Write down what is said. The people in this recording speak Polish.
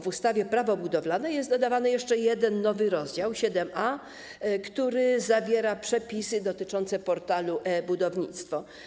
W ustawie - Prawo budowlane jest dodawany jeszcze jeden nowy rozdział, rozdział 7a, który zawiera przepisy dotyczące portalu e-Budownictwo.